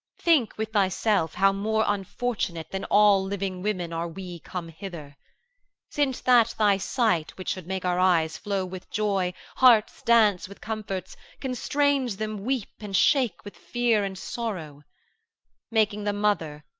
think with thyself, how more unfortunate than all living women are we come hither since that thy sight, which should make our eyes flow with joy, hearts dance with comforts, constrains them weep, and shake with fear and sorrow making the mother,